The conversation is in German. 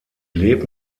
lebt